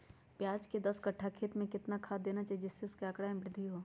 प्याज के दस कठ्ठा खेत में कितना खाद देना चाहिए जिससे उसके आंकड़ा में वृद्धि हो?